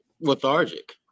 lethargic